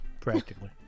Practically